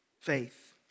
faith